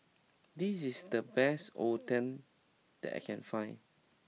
this is the best Oden that I can find